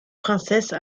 princesse